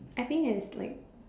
I think it's like